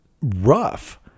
rough